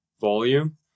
volume